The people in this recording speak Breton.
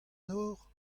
nor